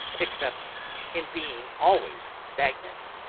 except in being always stagnant?